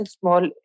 small